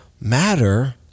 matter